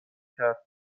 کرد